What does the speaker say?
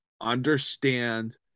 understand